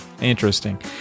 Interesting